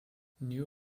new